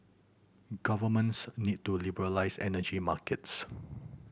governments need to liberalise energy markets